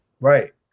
Right